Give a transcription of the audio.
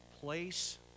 place